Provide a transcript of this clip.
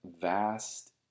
vast